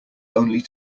only